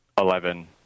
Eleven